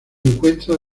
encuentra